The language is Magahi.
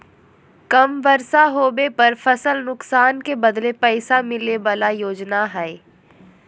कम बर्षा होबे पर फसल नुकसान के बदले पैसा मिले बला योजना हइ